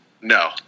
No